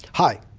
hi!